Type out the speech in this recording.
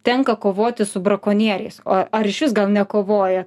tenka kovoti su brakonieriais o ar išvis gal nekovoja